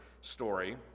story